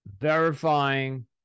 verifying